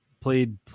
Played